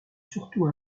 surtout